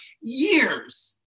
years